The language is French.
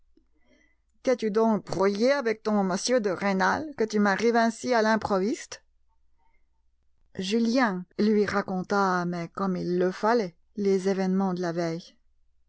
t'es-tu donc brouillé avec ton m de rênal que tu m'arrives ainsi à l'improviste julien lui raconta mais comme il le fallait les événements de la veille